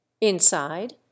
Inside